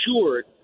assured